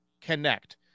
Connect